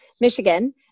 Michigan